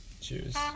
Cheers